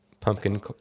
Pumpkin